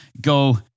go